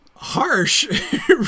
harsh